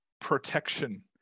protection